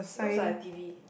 it looks like a t_v